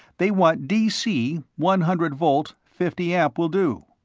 they want dc one hundred volt, fifty amp will do.